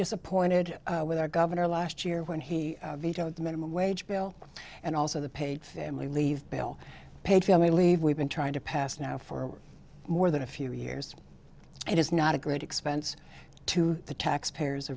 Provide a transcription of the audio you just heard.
disappointed with our governor last year when he vetoed the minimum wage bill and also the paid family leave bill paid family leave we've been trying to pass now for more than a few years and it's not a great expense to the taxpayers